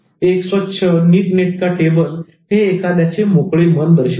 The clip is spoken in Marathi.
एक स्वच्छ नीट नेटका टेबल हे एखाद्याचे मोकळे मन दर्शवितो